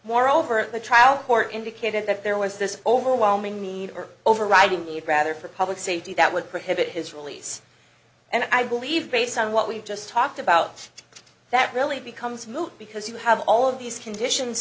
moreover at the trial court indicated that there was this overwhelming need or overriding need rather for public safety that would prohibit his release and i believe based on what we've just talked about that really becomes moot because you have all of these conditions